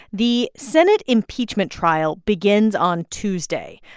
the senate impeachment trial begins on tuesday.